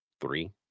three